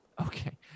Okay